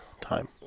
time